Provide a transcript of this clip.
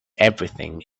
everything